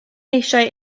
eisiau